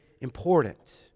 important